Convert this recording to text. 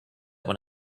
when